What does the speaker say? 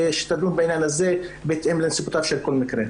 שתדון בעניין הזה בהתאם לנסיבותיו של כל מקרה.